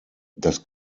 das